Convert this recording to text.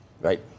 Right